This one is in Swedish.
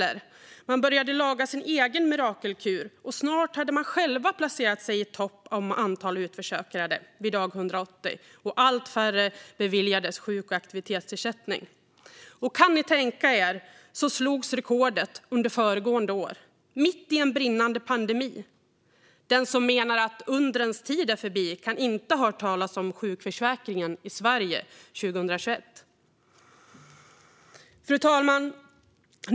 Man började laga sin egen mirakelkur. Snart hade man själva placerat sig i topp om antal utförsäkrade vid dag 180, och allt färre beviljades sjuk och aktivitetsersättning. Och kan ni tänka er att rekordet slogs under föregående år, mitt i en brinnande pandemi! Den som menar att undrens tid är förbi kan inte ha hört talas om sjukförsäkringen i Sverige 2021. Fru talman!